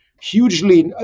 hugely